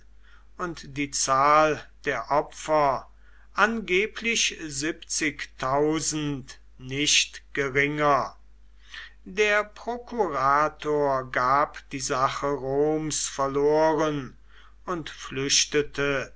und die zahl der opfer angeblich nicht geringer der prokurator gab die sache roms verloren und flüchtete